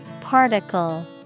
Particle